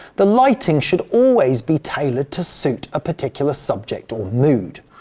the lighting should always be tailored to suit a particular subject or mood.